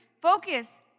Focus